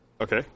Okay